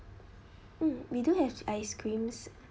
mm we do have ice creams